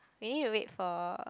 we need to wait for